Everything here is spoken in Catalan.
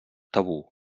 tabú